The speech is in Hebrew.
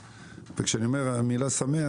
וכשאני אומר את המילה "שמח",